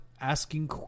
asking